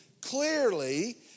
clearly